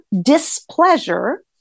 displeasure